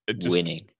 winning